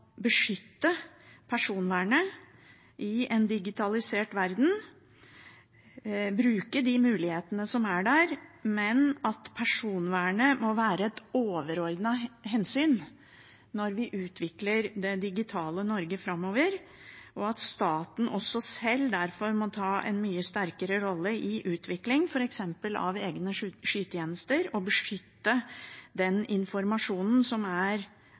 beskytte personvernet i en digitalisert verden, bruke de mulighetene som er der, men at personvernet må være et overordnet hensyn når vi utvikler det digitale Norge framover, og staten må derfor selv ta en mye sterkere rolle f.eks. i utvikling av egne skytjenester og beskytte den informasjonen som er